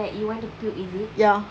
like you want to puke is it